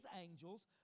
angels